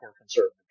conservative